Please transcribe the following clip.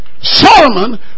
Solomon